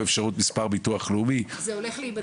אפשרות מספר ביטוח לאומי --- זה הולך להיבדק.